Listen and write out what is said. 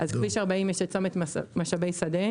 אז בכביש 40 יש צומת משאבי שדה,